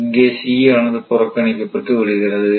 இங்கே c ஆனது புறக்கணிக்கப்பட்டு விடுகிறது